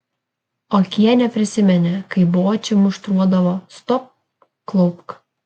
okienė prisiminė kaip bočį muštruodavo stok klaupk